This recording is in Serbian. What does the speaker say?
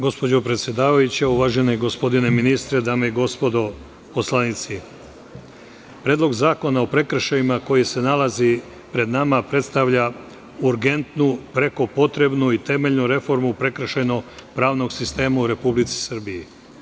Gospođo predsedavajuća, uvaženi gospodine ministre, dame i gospodo poslanici, Predlog zakona o prekršajima koji se nalazi pred nama predstavlja urgentnu preko potrebnu i temeljnu reformu prekršajno-pravnog sistema u Republici Srbiji.